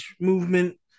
movement